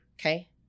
Okay